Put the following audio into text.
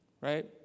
Right